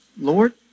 Lord